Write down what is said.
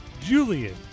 Julian